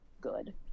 good